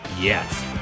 Yes